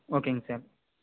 ஓகேங்க சார்